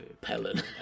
pellet